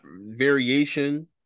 variation